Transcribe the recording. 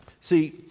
See